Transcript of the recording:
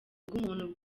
bw’umuntu